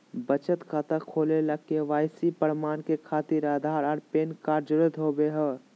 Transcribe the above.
बचत खाता खोले ला के.वाइ.सी प्रमाण के खातिर आधार आ पैन कार्ड के जरुरत होबो हइ